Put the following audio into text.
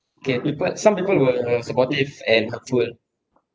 there are people some people were supportive and helpful